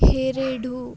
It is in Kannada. ಎರಡು